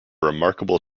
remarkable